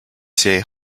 s’est